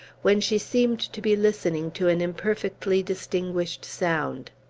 when she seemed to be listening to an imperfectly distinguished sound.